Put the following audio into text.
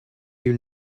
you